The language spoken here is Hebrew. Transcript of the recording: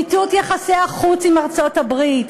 מיטוט יחסי החוץ עם ארצות-הברית,